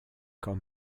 quand